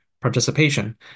participation